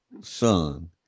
son